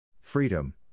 Freedom